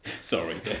Sorry